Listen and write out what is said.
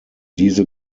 diese